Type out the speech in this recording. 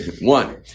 One